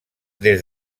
des